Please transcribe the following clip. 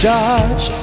Judge